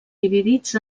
dividits